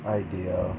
idea